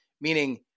meaning